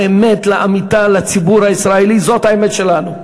האמת לאמיתה לציבור הישראלי, זאת האמת שלנו.